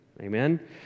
Amen